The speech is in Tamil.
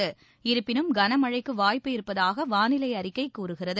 இருப்பினும் கனமழைக்குவாய்ப்பு இருப்பதாகவானிலைஅறிக்கைகூறுகிறது